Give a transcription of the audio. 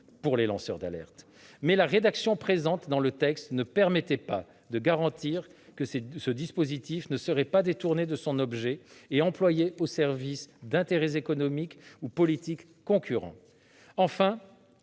pour les lanceurs d'alerte, mais la rédaction du texte ne permettait pas de garantir que ce dispositif ne serait pas détourné de son objet et employé au service d'intérêts économiques ou politiques concurrents. Enfin,